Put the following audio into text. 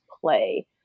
play